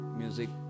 music